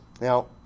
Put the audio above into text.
Now